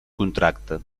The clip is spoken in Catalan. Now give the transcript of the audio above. contracte